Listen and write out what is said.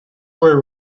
were